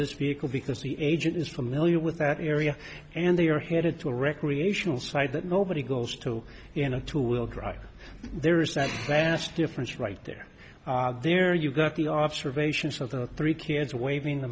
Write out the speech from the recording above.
this vehicle because the agent is familiar with that area and they are headed to a recreational site that nobody goes to you know to will drive there is that vast difference right there there you got the observations of the three kids waving the